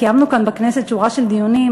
קיימנו כאן בכנסת שורה של דיונים,